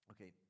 Okay